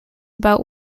about